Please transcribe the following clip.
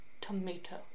tomato